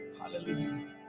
Hallelujah